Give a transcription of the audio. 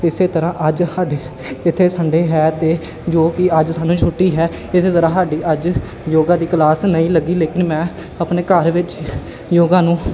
ਇਸੇ ਤਰ੍ਹਾਂ ਅੱਜ ਸਾਡੇ ਇੱਥੇ ਸੰਡੇ ਹੈ ਅਤੇ ਜੋ ਕਿ ਅੱਜ ਸਾਨੂੰ ਛੁੱਟੀ ਹੈ ਇਸੇ ਤਰ੍ਹਾਂ ਸਾਡੀ ਅੱਜ ਯੋਗਾ ਦੀ ਕਲਾਸ ਨਹੀਂ ਲੱਗੀ ਲੇਕਿਨ ਮੈਂ ਆਪਣੇ ਘਰ ਵਿੱਚ ਯੋਗਾ ਨੂੰ